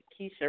Keisha